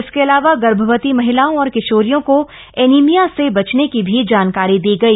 इसके अलावा गर्भवती महिलाओं और किशोरियों को एनीमिया से बचने की भी जानकारी दी गई